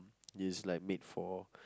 is like made for